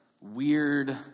weird